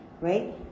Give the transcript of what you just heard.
Right